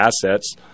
assets